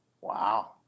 Wow